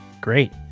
Great